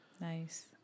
nice